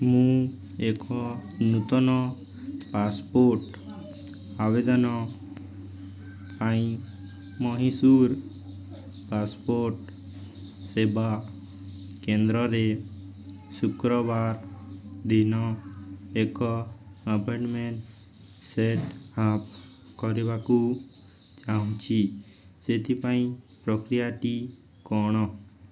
ମୁଁ ଏକ ନୂତନ ପାସପୋର୍ଟ ଆବେଦନ ପାଇଁ ମହୀଶୂର ପାସପୋର୍ଟ ସେବା କେନ୍ଦ୍ରରେ ଶୁକ୍ରବାରଦିନ ଏକ ଆପଏଣ୍ଟମେଣ୍ଟ୍ ସେଟ୍ ଅପ୍ କରିବାକୁ ଚାହୁଁଛି ସେଥିପାଇଁ ପ୍ରକ୍ରିୟାଟି କ'ଣ